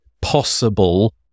possible